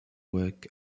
work